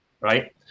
right